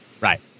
Right